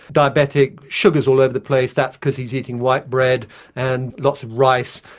diabetic, sugars all over the place, that's because he's eating white bread and lots of rice,